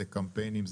זה קמפיינים,